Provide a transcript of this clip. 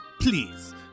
please